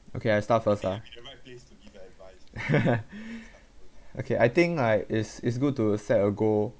okay I start first ah okay I think I is is good to set a goal